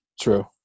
true